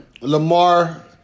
Lamar